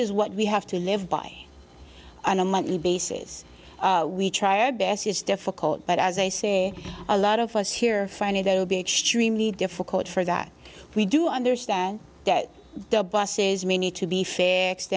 is what we have to live by on a monthly basis we try our best it's difficult but as i say a lot of us here finally there will be extremely difficult for that we do understand that the buses may need to be f